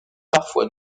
parfois